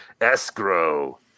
Escrow